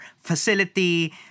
facility